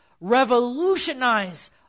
revolutionize